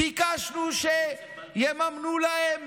ביקשנו שיממנו להם